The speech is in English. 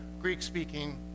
Greek-speaking